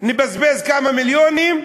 נבזבז כמה מיליונים.